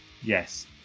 yes